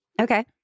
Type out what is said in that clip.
Okay